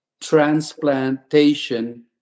transplantation